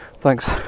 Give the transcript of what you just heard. thanks